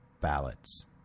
ballots